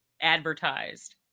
advertised